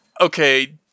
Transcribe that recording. Okay